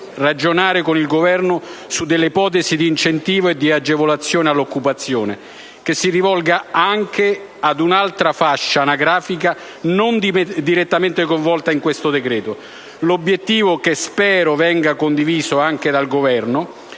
ragionare con il Governo su delle ipotesi di incentivo e di agevolazione all’occupazione, che si rivolgano anche ad un’altra fascia anagrafica non direttamente coinvolta in questo decreto. L’obiettivo, che spero venga condiviso anche dal Governo,